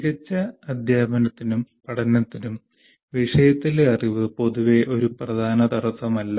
മികച്ച അധ്യാപനത്തിനും പഠനത്തിനും വിഷയത്തിലെ അറിവ് പൊതുവെ ഒരു പ്രധാന തടസ്സമല്ല